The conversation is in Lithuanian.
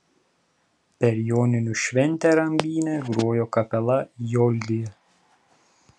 per joninių šventę rambyne grojo kapela joldija